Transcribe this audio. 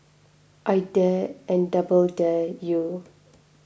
I dare and double dare you